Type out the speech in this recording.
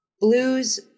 blues